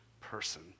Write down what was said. person